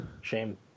Shame